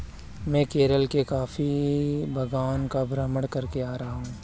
मैं केरल के कॉफी बागान का भ्रमण करके आ रहा हूं